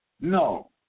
No